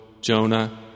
Jonah